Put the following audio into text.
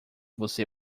você